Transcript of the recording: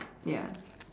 ya